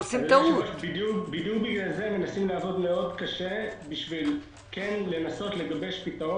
בדיוק לכן אנחנו עובדים מאוד קשה כדי כן לנסות לגבש פתרון,